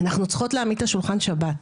אנחנו צריכות להעמיד את שולחן השבת,